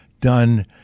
done